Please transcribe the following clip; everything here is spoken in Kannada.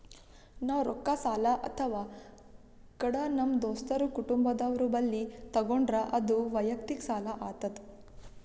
ನಾವ್ ರೊಕ್ಕ ಸಾಲ ಅಥವಾ ಕಡ ನಮ್ ದೋಸ್ತರು ಕುಟುಂಬದವ್ರು ಬಲ್ಲಿ ತಗೊಂಡ್ರ ಅದು ವಯಕ್ತಿಕ್ ಸಾಲ ಆತದ್